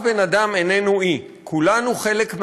שום אדם איננו אי, כולנו חלק מהיבשת.